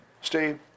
Steve